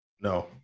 No